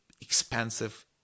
expensive